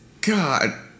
god